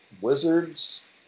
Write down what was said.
Wizards